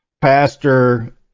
pastor